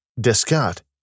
Descartes